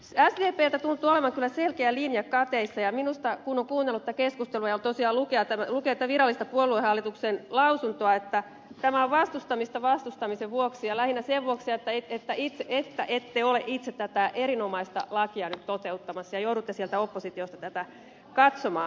sdpltä tuntuu olevan kyllä selkeä linja kateissa ja kun on kuunnellut tätä keskustelua ja tosiaan lukenut tätä virallista puoluehallituksen lausuntoa niin minusta tämä on vastustamista vastustamisen vuoksi ja lähinnä sen vuoksi että ette ole itse tätä erinomaista lakia nyt toteuttamassa ja joudutte sieltä oppositiosta tätä katsomaan